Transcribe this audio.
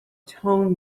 tone